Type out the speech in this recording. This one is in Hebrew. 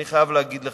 אני חייב להגיד לך,